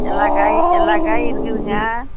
எல்லா காய் எல்லா காயும் இருக்குதுங்க